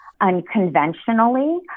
unconventionally